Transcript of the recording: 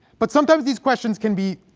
but sometimes these questions can be